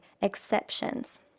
exceptions